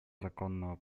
законного